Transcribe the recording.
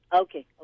Okay